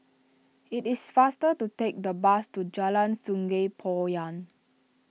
it is faster to take the bus to Jalan Sungei Poyan